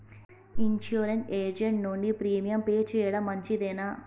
Insurance agent నుండి premium pay చేయడం మంచిదేనా?